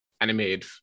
animated